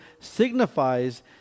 signifies